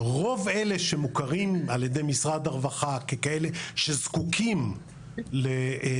רוב אלה שמוכרים על ידי משרד הרווחה ככאלה שזקוקים להבטחת